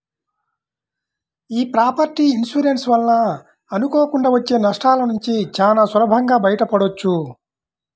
యీ property insurance వలన అనుకోకుండా వచ్చే నష్టాలనుంచి చానా సులభంగా బయటపడొచ్చు